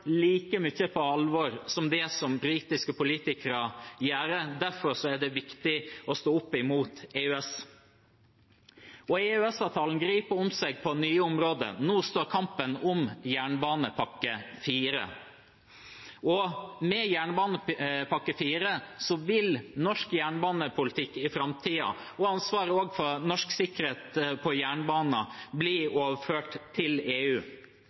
like mye på alvor som det britiske politikere gjør. Derfor er det viktig å stå opp mot EØS. EØS-avtalen griper om seg på nye områder. Nå står kampen om jernbanepakke IV. Med jernbanepakke IV vil norsk jernbanepolitikk i framtiden og ansvaret også for norsk sikkerhet på jernbanen bli overført til EU.